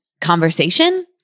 conversation